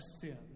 sin